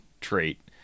trait